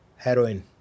heroin